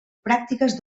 pràctiques